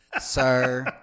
sir